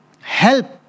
help